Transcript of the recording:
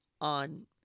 on